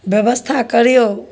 ब्यबस्था करियो